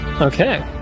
Okay